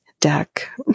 deck